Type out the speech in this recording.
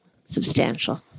Substantial